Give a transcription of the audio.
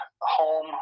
home